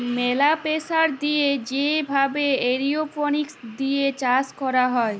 ম্যালা প্রেসার দিয়ে যে ভাবে এরওপনিক্স দিয়ে চাষ ক্যরা হ্যয়